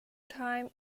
time